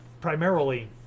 primarily